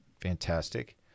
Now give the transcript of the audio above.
Fantastic